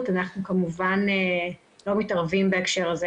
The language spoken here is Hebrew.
אנחנו כמובן לא מתערבים בהקשר הזה.